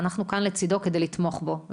ואנחנו כאן לצידו כדי לתמוך בו,